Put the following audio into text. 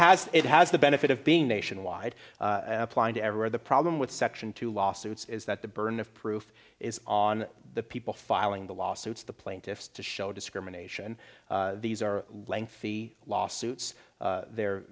has it has the benefit of being nationwide applying to everywhere the problem with section two lawsuits is that the burden of proof is on the people filing the lawsuits the plaintiffs to show discrimination these are lengthy lawsuits they're